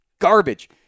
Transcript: garbage